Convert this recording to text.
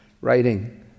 writing—